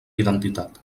identitat